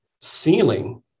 ceiling